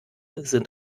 sind